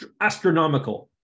Astronomical